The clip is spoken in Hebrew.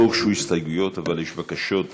לא הוגשו הסתייגויות אבל הוגשו בקשות דיבור,